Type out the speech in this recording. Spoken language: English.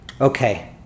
Okay